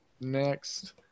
next